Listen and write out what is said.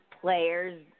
players